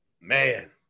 Man